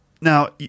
Now